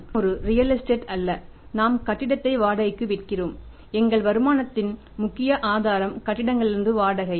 நாம் ஒரு real estate அல்ல நாம் கட்டிடத்தை வாடகைக்கு விடுகிறோம் எங்கள் வருமானத்தின் முக்கிய ஆதாரம் கட்டிடங்களிலிருந்து வாடகை